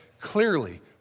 clearly